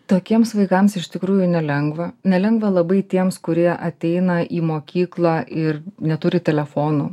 tokiems vaikams iš tikrųjų nelengva nelengva labai tiems kurie ateina į mokyklą ir neturi telefonų